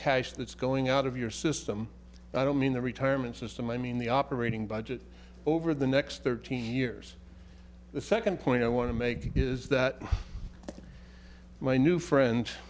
cash that's going out of your system i don't mean the retirement system i mean the operating budget over the next thirteen years the second point i want to make is that my new friend